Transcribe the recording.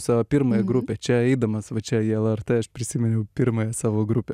savo pirmąją grupę čia eidamas va čia į lrt aš prisiminiau pirmąją savo grupę